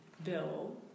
bill